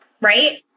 right